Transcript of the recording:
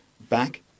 back